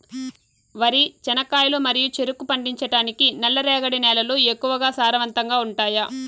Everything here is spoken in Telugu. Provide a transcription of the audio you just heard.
వరి, చెనక్కాయలు మరియు చెరుకు పండించటానికి నల్లరేగడి నేలలు ఎక్కువగా సారవంతంగా ఉంటాయా?